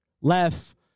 left